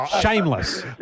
Shameless